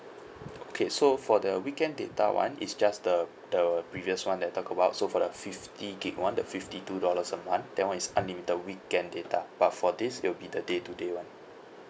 okay so for the weekend data one is just the the previous one that I talked about so for the fifty gig one the fifty two dollars a month that [one] is unlimited weekend data but for this it will be the day to day [one]